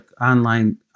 online